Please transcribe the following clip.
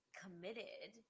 committed